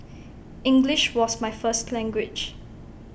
English was my first language